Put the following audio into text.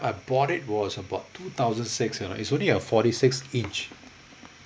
I bought it was about two thousand six you know it's only a forty six inch